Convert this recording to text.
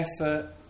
effort